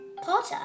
Potter